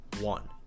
one